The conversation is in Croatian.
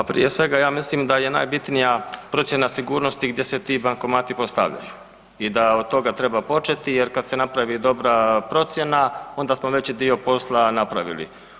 Pa prije svega ja mislim da je najbitnija procjena sigurnosti gdje se ti bankomati postavljaju i da od toga treba početi, jer kad se napravi dobra procjena onda smo veći dio posla napravili.